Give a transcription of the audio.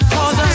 Cause